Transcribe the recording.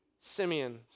Simeon